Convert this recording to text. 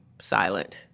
silent